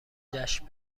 جشن